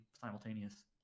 simultaneous